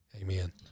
Amen